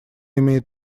имеет